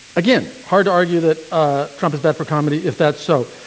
again, hard to argue that ah trump is bad for comedy if that's so.